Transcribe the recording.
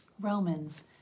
Romans